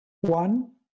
One